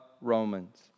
Romans